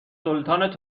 سلطان